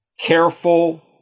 careful